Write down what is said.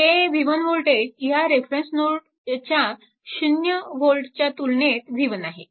हे v1 voltage ह्या reference नोडच्या 0V च्या तुलनेत v1 आहे